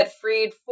freed